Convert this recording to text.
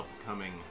upcoming